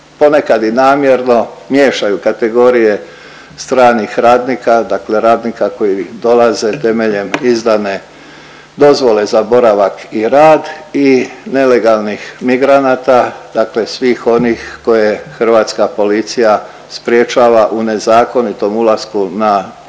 ponekad i namjerno miješaju kategorije stranih radnika, dakle radnika koji dolaze temeljem izdane dozvole za boravak i rad i nelegalnih migranata, dakle svih onih koje hrvatska policija sprječava u nezakonitom ulasku na